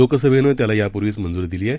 लोकसभेनं त्याला यापूर्वीच मंजूरी दिली आहे